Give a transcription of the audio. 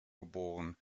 geboren